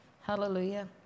hallelujah